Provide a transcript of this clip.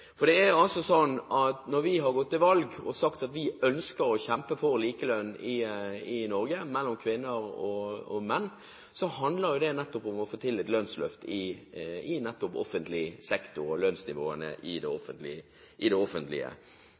funker. Det er altså sånn at når vi har gått til valg og sagt at vi ønsker å kjempe for likelønn mellom kvinner og menn i Norge, handler jo det nettopp om å få til et lønnsløft i offentlig sektor og om lønnsnivåene i det offentlige. Skal vi få til det,